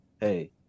hey